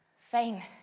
fain,